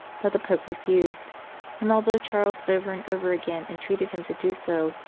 but the pope refused and although charles over and over again entreated him to do so,